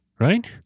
Right